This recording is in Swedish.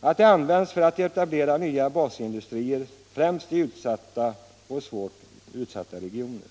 att de används för att etablera nya basindustrier främst i svårt utsatta regioner.